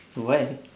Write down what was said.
why